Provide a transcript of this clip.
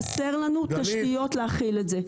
חסר לנו תשתיות להכיל את זה.